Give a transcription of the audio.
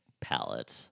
palette